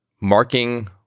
marking